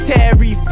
Terry